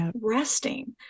resting